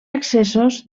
accessos